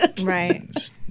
right